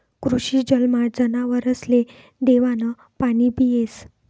कृषी जलमा जनावरसले देवानं पाणीबी येस